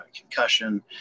concussion